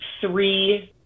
three